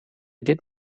did